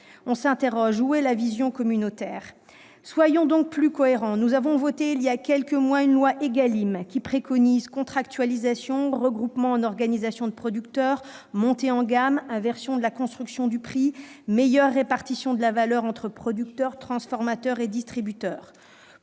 On s'interroge : où est la vision communautaire ? Soyons donc plus cohérents ! Nous avons voté, il y a quelques mois, une loi Égalim, qui préconise la contractualisation, le regroupement en organisations de producteurs, une montée en gamme, l'inversion de la construction du prix et une meilleure répartition de la valeur entre producteur, transformateur et distributeur.